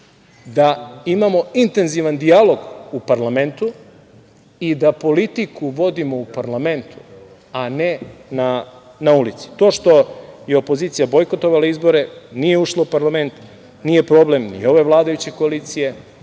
da imamo intenzivan dijalog u parlamentu i da politiku vodimo u parlamentu, a ne na ulici. To što je opozicija bojkotovala izbore, nije ušla u parlament, nije problem ni ove vladajuće koalicije,